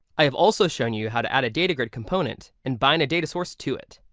i have also shown you how to add a data grid component and binding a data source to it.